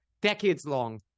decades-long